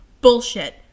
Bullshit